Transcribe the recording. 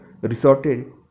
resorted